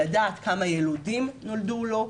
לדעת כמה ילודים נולדו לו,